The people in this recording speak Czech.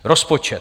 Rozpočet.